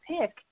pick